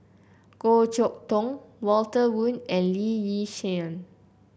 Goh Chok Tong Walter Woon and Lee Yi Shyan